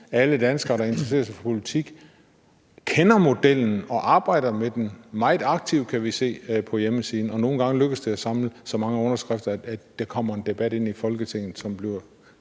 alle danskere, der interesserer sig for politik, kender modellen og arbejder meget aktivt med den, kan vi se på hjemmesiden. Og nogle gange lykkes det at samle så mange underskrifter, at der kommer en debat i Folketinget, som bliver